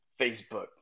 Facebook